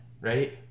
Right